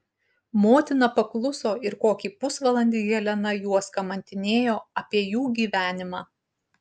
motina pakluso ir kokį pusvalandį helena juos kamantinėjo apie jų gyvenimą